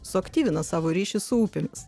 suaktyvina savo ryšį su upėmis